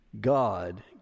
God